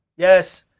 yes.